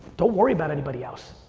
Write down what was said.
don't worry about anybody else.